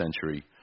century